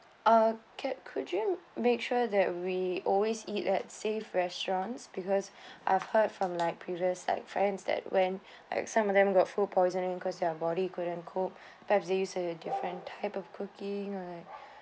uh can could you make sure that we always eat at safe restaurants because I've heard from like previous like friends that went like some of them got food poisoning because their body couldn't cope perhaps this is a different type of cooking or like